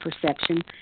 perception